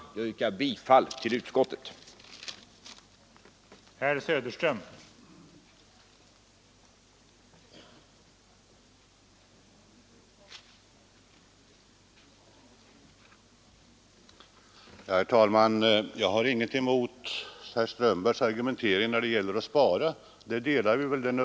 Jag yrkar bifall till utskottets hemställan.